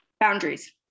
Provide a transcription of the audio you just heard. Boundaries